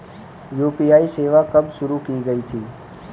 UPI सेवा कब शुरू की गई थी?